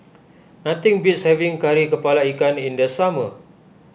nothing beats having Kari Kepala Ikan in the summer